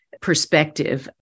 perspective